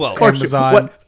Amazon